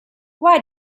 why